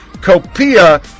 Copia